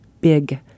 big